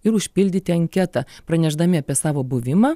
ir užpildyti anketą pranešdami apie savo buvimą